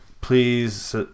Please